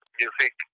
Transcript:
music